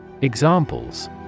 Examples